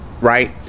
Right